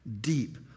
deep